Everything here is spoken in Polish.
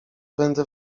będę